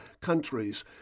countries